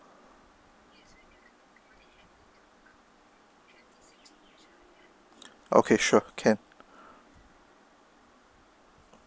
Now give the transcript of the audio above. okay sure can